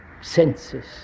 senses